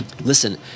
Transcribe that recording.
listen